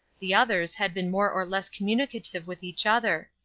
the others had been more or less communicative with each other.